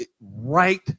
right